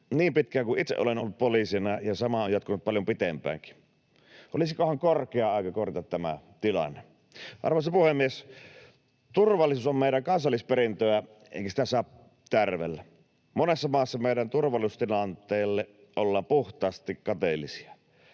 niin pitkään kuin itse olen ollut poliisina, ja sama on jatkunut paljon pitempäänkin. Olisikohan korkea aika korjata tämä tilanne? Arvoisa puhemies! Turvallisuus on meidän kansallisperintöä, eikä sitä saa tärvellä. Monessa maassa meidän turvallisuustilanteelle ollaan puhtaasti kateellisia.